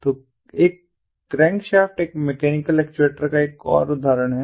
तो एक क्रैंकशाफ्ट एक मैकेनिकल एक्चुएटर का एक और उदाहरण है